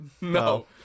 No